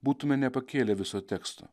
būtume nepakėlę viso teksto